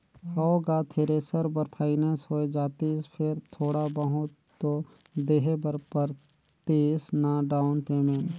हव गा थेरेसर बर फाइनेंस होए जातिस फेर थोड़ा बहुत तो देहे बर परतिस ना डाउन पेमेंट